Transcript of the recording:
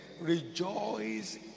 Rejoice